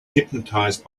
hypnotized